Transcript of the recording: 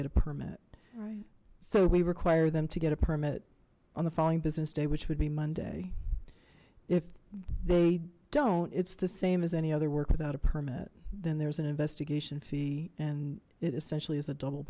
to permit right so we require them to get a permit on the following business day which would be monday if they don't it's the same as any other work without a permit then there's an investigation fee and it essentially is a double